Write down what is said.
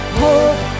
hope